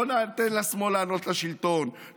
לא ניתן לשמאל לעלות לשלטון,